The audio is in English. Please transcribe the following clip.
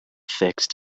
fixed